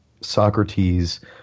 Socrates